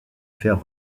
faire